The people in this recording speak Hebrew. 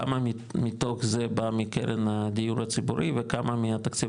כמה מתוך זה בא מקרן הדיור הציבורי וכמה מהתקציב